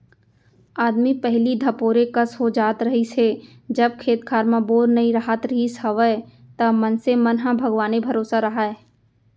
आदमी पहिली धपोरे कस हो जात रहिस हे जब खेत खार म बोर नइ राहत रिहिस हवय त मनसे मन ह भगवाने भरोसा राहय